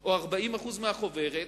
או 40% מהחוברת,